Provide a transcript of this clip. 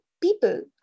people